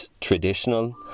traditional